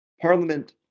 Parliament